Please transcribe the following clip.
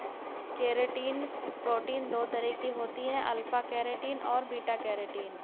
keratin protein दो तरह की होती है अल्फ़ा केरेटिन और बीटा केरेटिन